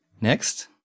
Next